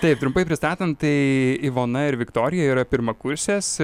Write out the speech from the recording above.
taip trumpai pristatant tai ivona ir viktorija yra pirmakursės